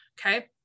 Okay